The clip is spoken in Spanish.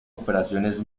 operaciones